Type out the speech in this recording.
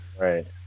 Right